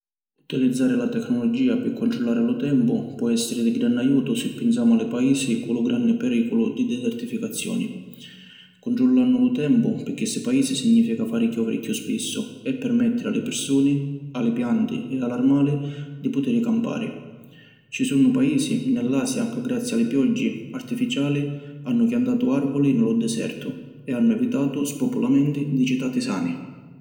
Utilizzari la tecnologia pi cuntrullari lu tempu pò essiri di granni ajutu si pinsamu a li Paisi cu lu granni periculu di desertificazioni. Cuntrullannu lu tempu pi chissi Paisi significa fari chioviri chiù spissu e permettiri a li pirsuni, a li pianti e a l’armali di putiri campari. Ci sunnu Paisi ni l’Asia, ca grazî a li pioggi artificiali, hannu chiantatu arvuli ni lu disertu e hannu evitatu spopulamenti di citati sani.